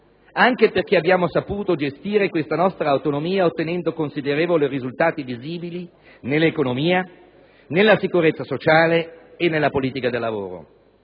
anche perché abbiamo saputo gestire questa nostra autonomia ottenendo considerevoli risultati, visibili nell'economia, nella sicurezza sociale e nella politica del lavoro.